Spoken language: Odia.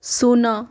ଶୂନ